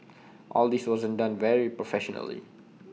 all this wasn't done very professionally